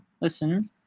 Listen